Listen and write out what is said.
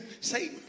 say